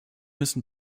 müssen